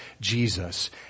Jesus